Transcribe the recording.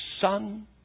son